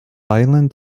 island